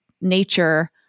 nature